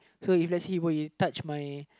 so if let's see for he touch my